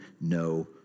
no